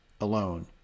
alone